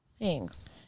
Thanks